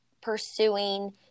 pursuing